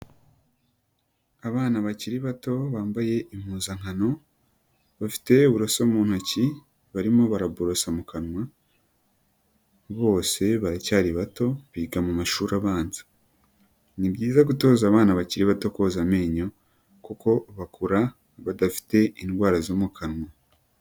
Abana bakiri bato bambaye impuzankano, bafite uburoso mu ntoki, barimo baraborosa mu kanwa, bose baracyari bato biga mu mashuri abanza. Ni byiza gutoza abana bakiri bato koza amenyo kuko bakura badafite indwara zo mu kanwa.